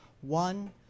one